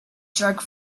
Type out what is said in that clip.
jerk